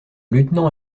lieutenant